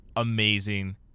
Amazing